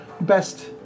best